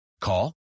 Call